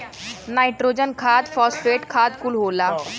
nitrogen खाद phosphate खाद कुल होला